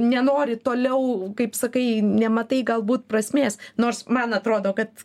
nenori toliau kaip sakai nematai galbūt prasmės nors man atrodo kad